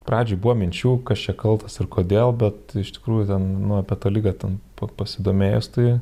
pradžioj buvo minčių kas čia kaltas ir kodėl bet iš tikrųjų ten nu apie tą ligą ten pa pasidomėjus tai